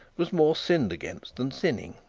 was more sinned against than sinning.